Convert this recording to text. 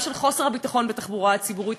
גם של חוסר הביטחון בתחבורה הציבורית,